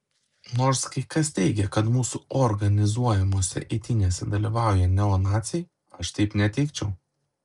nors kai kas teigia kad mūsų organizuojamose eitynėse dalyvauja neonaciai aš taip neteigčiau